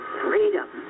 freedom